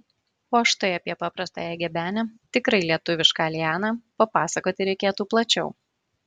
o štai apie paprastąją gebenę tikrai lietuvišką lianą papasakoti reikėtų plačiau